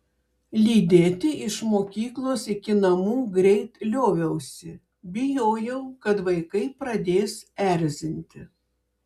lydėti iš mokyklos iki namų greit lioviausi bijojau kad vaikai pradės erzinti